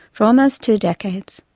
for almost two decades,